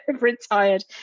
retired